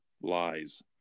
lies